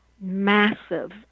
massive